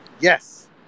yes